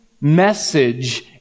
message